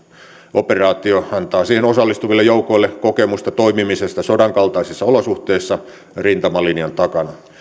operaatio antaa siihen osallistuville joukoille kokemusta toimimisesta sodan kaltaisissa olosuhteissa rintamalinjan takana